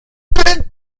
that